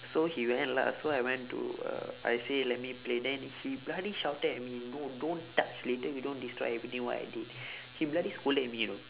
so he went lah so I went to uh I say let me play then he bloody shouted at me no don't touch later you don't destroy everything what I did he bloody scolded me you know